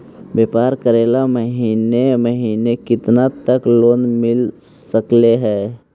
व्यापार करेल महिने महिने केतना तक लोन मिल सकले हे?